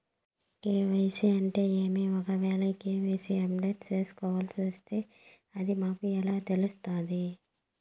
KYC అంటే ఏమి? ఒకవేల కె.వై.సి అప్డేట్ చేయాల్సొస్తే అది మాకు ఎలా తెలుస్తాది?